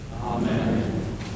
Amen